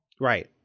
Right